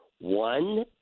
One